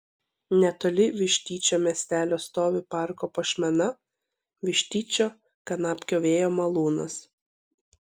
netoli vištyčio miestelio stovi parko puošmena vištyčio kanapkio vėjo malūnas